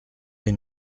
les